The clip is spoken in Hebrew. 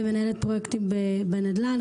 ומנהלת פרויקטים בנדל"ן,